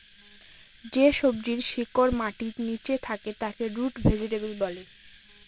যে সবজির শিকড় মাটির নীচে থাকে তাকে রুট ভেজিটেবল বলে